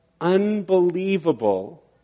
unbelievable